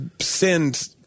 send